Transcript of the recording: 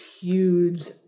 huge